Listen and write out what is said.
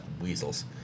weasels